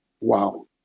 Wow